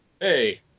hey